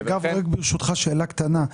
גפני, ברשותך, רק שאלה קטנה.